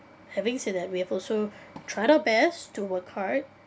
having said that we have also tried our best to work hard